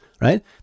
right